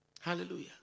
Hallelujah